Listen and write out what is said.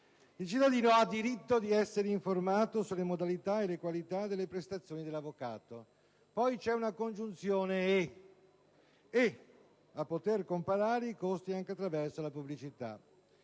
Il cittadino ha diritto ad essere informato sulle modalità e sulla qualità delle prestazioni dell'avvocato nonché a poter comparare i costi anche attraverso la pubblicità».